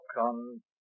on